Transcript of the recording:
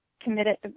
committed